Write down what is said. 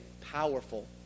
powerful